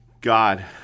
God